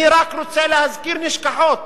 אני רק רוצה להזכיר נשכחות,